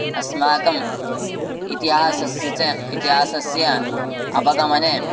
अस्माकम् इतिहासस्य च इतिहासस्य अवगमने